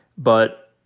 but.